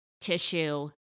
tissue